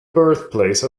birthplace